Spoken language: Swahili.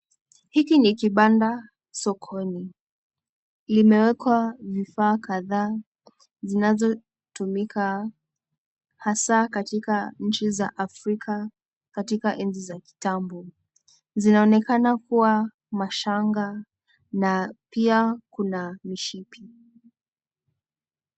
Hiki ni kibanda sokoni imewekwa vifaa kadhaa zinazotumika hasa katika nchi za Africa katika enzi za kitambo. Zinaonekana kuwa mashanga na pia kuna mishipi.